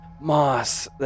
moss